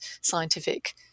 scientific